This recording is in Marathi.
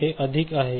हे अधिक आहे